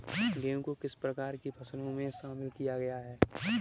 गेहूँ को किस प्रकार की फसलों में शामिल किया गया है?